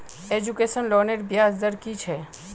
Education लोनेर ब्याज दर कि छे?